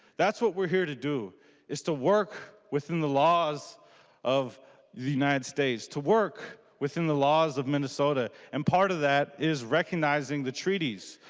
that's what we are here to do is to work with the laws of the united states to work within the laws of minnesota and part of that is recognizing the treaties.